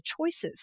choices